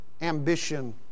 ambition